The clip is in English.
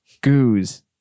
Goose